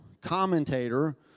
commentator